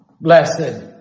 Blessed